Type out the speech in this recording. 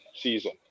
season